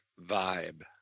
vibe